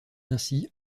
ainsi